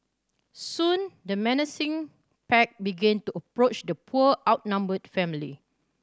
soon the menacing pack began to approach the poor outnumbered family